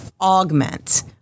augment